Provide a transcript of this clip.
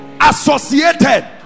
associated